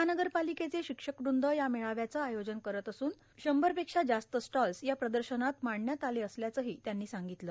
महानगरपालिकेचे शिक्षकवृंद ह्या मेळाव्याचं आयोजन करत असून शंभरपेक्षा जास्त स्टॉल्स या प्रदर्शनात मांडण्यात आले असल्याचंही त्यांनी सांगितलं